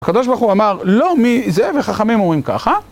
שלום לכם. מה שלומכם. ברוכים הבאים לתוכניתנו ... דורון הגאון